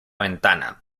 ventana